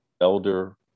elder